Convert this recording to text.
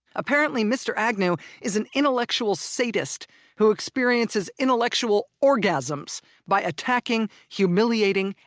apparently, mr. agnew is an intellectual sadist who experiences intellectual orgasms by attacking, humiliating,